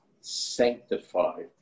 sanctified